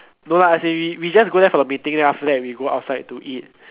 no lah as in we we just go there for the meeting then after that we go outside to eat